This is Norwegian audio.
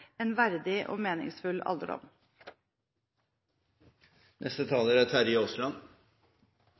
en verdig og meningsfull